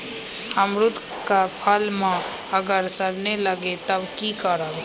अमरुद क फल म अगर सरने लगे तब की करब?